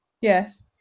Yes